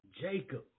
Jacob